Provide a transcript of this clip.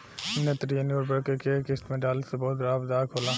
नेत्रजनीय उर्वरक के केय किस्त में डाले से बहुत लाभदायक होला?